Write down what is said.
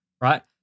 right